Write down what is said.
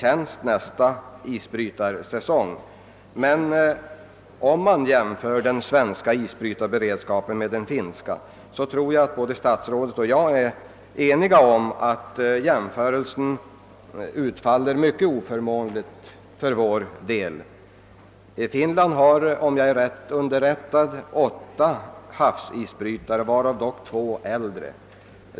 Om den svenska isbrytarberedskapen efter detta tillskott jämförs med den finska tror jag att statsrådet och jag kan vara ense om att jämförelsen utfaller mycket oförmånligt för Sveriges del. Finland har, om jag är riktigt underrättad, åtta havsisbrytare, varav dock två äldre.